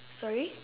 sorry